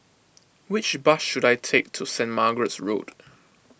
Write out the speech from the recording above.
which bus should I take to Saint Margaret's Road